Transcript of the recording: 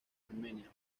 armenia